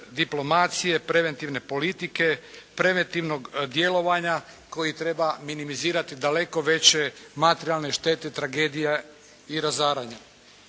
diplomacije, preventivne politike, preventivnog djelovanja koji treba minimizirati daleko veće materijalne štete, tragedije i razaranja.